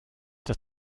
das